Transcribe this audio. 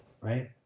right